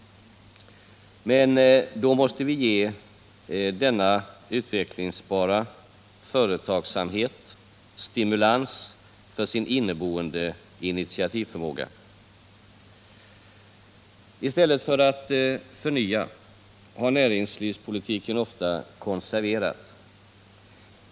Men då måste vi ge denna utvecklingsbara företagsamhet stimulans för sin inneboende initiativförmåga. I stället för att förnya har näringspolitiken ofta konserverat.